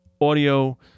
audio